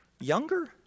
younger